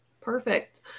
Perfect